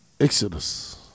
Exodus